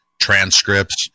transcripts